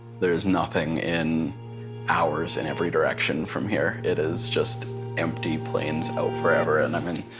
there's nothing in hours in every direction from here. it is just empty plains forever. and i mean,